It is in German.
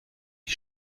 die